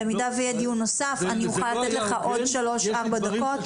במידה שיהיה דיון נוסף אני אוכל לתת לך עוד שלוש-ארבע דקות.